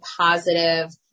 positive